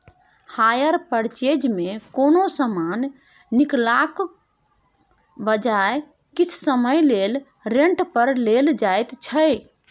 hire purchase मे कोनो समान कीनलाक बजाय किछ समय लेल रेंट पर लेल जाएत छै